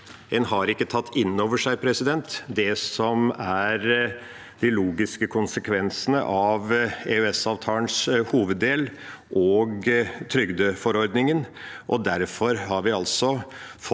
En har ikke tatt inn over seg det som er de logiske konsekvensene av EØSavtalens hoveddel og trygdeforordningen. Derfor har vi altså